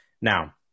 Now